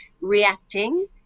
reacting